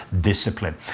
discipline